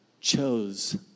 chose